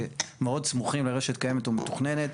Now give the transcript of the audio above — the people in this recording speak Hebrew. שמאוד סמוכים לרשת קיימת ומתוכננת.